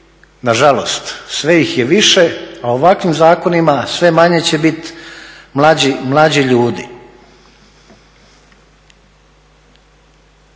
nažalost sve ih je više, a ovakvim zakonima sve manje će bit mlađih ljudi.